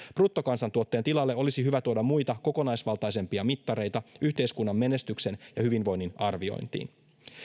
bruttokansantuotteen tilalle olisi hyvä tuoda muita kokonaisvaltaisempia mittareita yhteiskunnan menestyksen ja hyvinvoinnin arviointiin